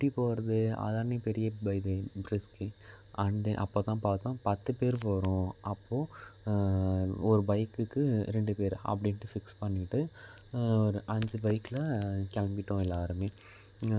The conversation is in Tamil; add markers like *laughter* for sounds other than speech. எப்படி போவது அதுதானே பெரிய *unintelligible* இதே ரிஸ்கு அண்டு அப்போதான் பார்த்தோம் பத்துப்பேர் போகிறோம் அப்போது ஒரு பைக்குக்கு ரெண்டுப்பேர் அப்படின்ட்டு ஃபிக்ஸ் பண்ணிகிட்டு ஒரு அஞ்சு பைக்கில் கிளம்பிட்டோம் எல்லோருமே